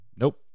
nope